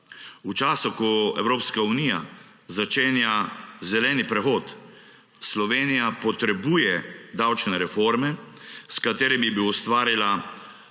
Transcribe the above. V času, ko Evropska unija začenja zeleni prehod, Slovenija potrebuje davčne reforme, s katerimi bi ustvarila